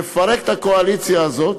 לפרק את הקואליציה הזאת,